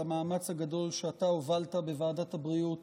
המאמץ הגדול שאתה הובלת בוועדת הבריאות